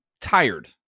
tired